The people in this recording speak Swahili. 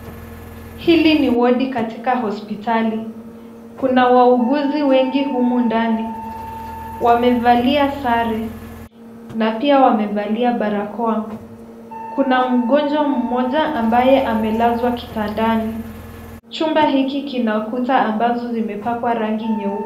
Hili ni wodi katika hospitali. Kuna wauguzi wengi humo ndani, wamevalia sare na pia wamevalia barakoa. Kuna mgonjwa mmoja ambaye amelazwa kitandani. Chumba hiki kina kuta ambazo zimepakwa rangi nyeupe.